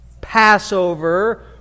Passover